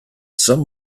some